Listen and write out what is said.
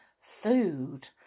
food